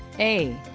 a,